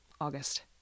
August